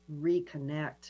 reconnect